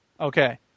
Okay